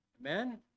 amen